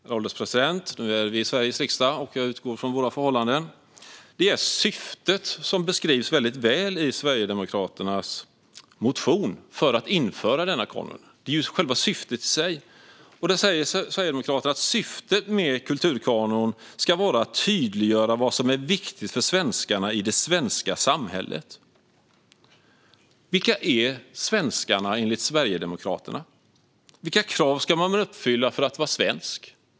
Herr ålderspresident! Nu är vi i Sveriges riksdag, och jag utgår från våra förhållanden. Syftet med att införa denna kanon beskrivs mycket väl i Sverigedemokraternas motion. Sverigedemokraterna säger att syftet med kulturkanon ska vara att tydliggöra vad som är viktigt för svenskarna i det svenska samhället. Vilka är svenskarna, enligt Sverigedemokraterna? Vilka krav ska man uppfylla för att vara svensk?